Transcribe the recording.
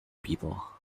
people